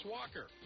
Walker